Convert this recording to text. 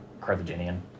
Carthaginian